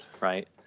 Right